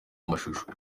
amashusho